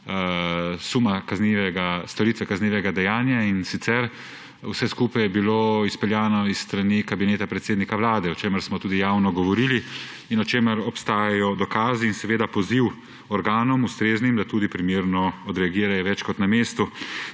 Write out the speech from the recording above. suma storitve kaznivega dejanja. In sicer, vse skupaj je bilo izpeljano s strani kabineta predsednika Vlade, o čemer smo tudi javno govorili in o čemer obstajajo dokazi, in seveda je tudi poziv ustreznim organom, da primerno odreagirajo, več kot na mestu.